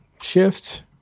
shift